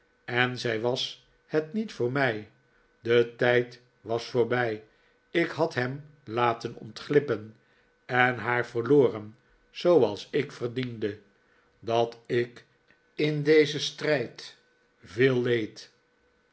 en zij was het niet voor mij de tijd was voorbij ik had hem laten ontglippen en haar verloren zooals ik verdiende dat ik in dezen sirijd veel leed